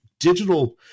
digital